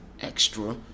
extra